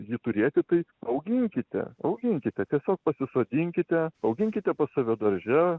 jį turėti tai auginkite auginkite tiesiog pasisodinkite auginkite pas save darže